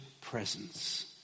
presence